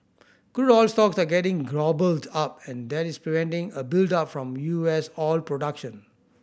crude oil stocks are getting gobbled up and that is preventing a build up from U S oil production